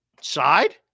Side